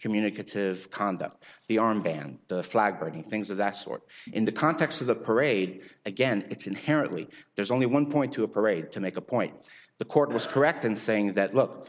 communicative conduct the armband the flag and things of that sort in the context of the parade again it's inherently there's only one point to a parade to make a point the court was correct in saying that look